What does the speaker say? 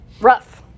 Rough